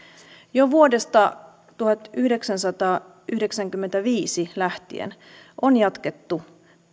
jo vuodesta tuhatyhdeksänsataayhdeksänkymmentäviisi lähtien on jatkettu